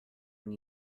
when